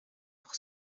pour